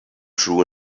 true